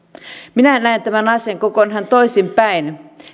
minä näen tämän asian kokonaan toisinpäin